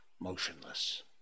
motionless